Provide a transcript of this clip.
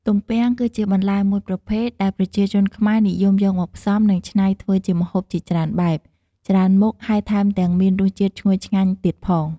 ទំពាំង គឺជាបន្លែមួយប្រភេទ ដែលប្រជាជនខ្មែរនិយមយកមកផ្សំ និងច្នៃធ្វើជាម្ហូបជាច្រើនបែប ច្រើនមុខ ហើយថែមទាំងមានរសជាតិឈ្ងុយឆ្ងាញ់ទៀតផង។